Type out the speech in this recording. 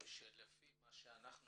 שלפי מה שקורה